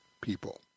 people